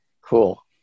cool